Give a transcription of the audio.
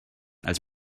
als